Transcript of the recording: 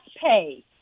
pay